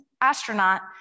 astronaut